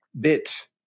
bits